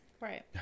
Right